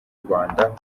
rwanda